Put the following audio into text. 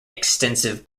extensive